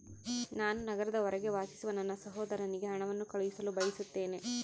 ನಾನು ನಗರದ ಹೊರಗೆ ವಾಸಿಸುವ ನನ್ನ ಸಹೋದರನಿಗೆ ಹಣವನ್ನು ಕಳುಹಿಸಲು ಬಯಸುತ್ತೇನೆ